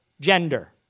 gender